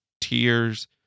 tears